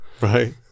Right